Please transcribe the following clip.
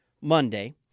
Monday